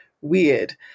weird